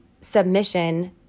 submission